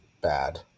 bad